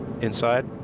inside